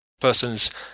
person's